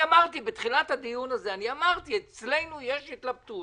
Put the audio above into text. אמרתי בתחילת הדיון הזה: אצלנו יש התלבטות